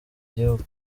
gihugu